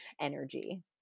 energy